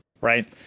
right